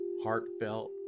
heartfelt